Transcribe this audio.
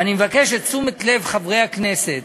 ואני מבקש את תשומת לב חברי הכנסת: